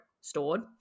stored